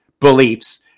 beliefs